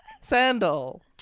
sandal